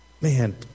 Man